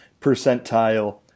percentile